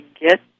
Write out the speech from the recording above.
get